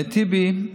טיבי,